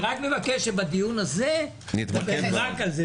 אני רק מבקש שבדיון הזה נתמקד רק בזה,